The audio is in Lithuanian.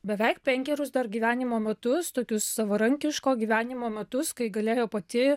beveik penkerius dar gyvenimo metus tokius savarankiško gyvenimo metus kai galėjo pati